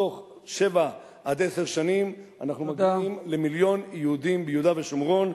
בתוך שבע עד עשר שנים אנחנו מגיעים למיליון יהודים ביהודה ושומרון.